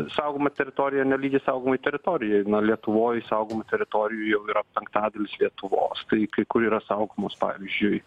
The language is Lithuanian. saugoma teritorija nelygi saugomai teritorijai na lietuvoj saugomų teritorijų jau yra penktadalis lietuvos tai kai kur yra saugomos pavyzdžiui